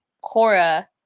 Cora